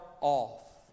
off